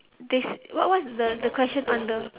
they said what what's the the question under